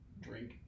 drink